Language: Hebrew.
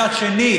מצד שני,